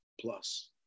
Plus